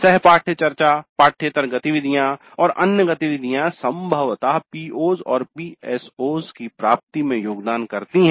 सह पाठ्यचर्या पाठ्येतर गतिविधियाँ और अन्य गतिविधियाँ संभवतः PO's और PSO's की प्राप्ति में योगदान करती हैं